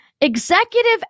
Executive